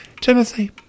Timothy